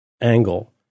angle